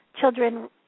children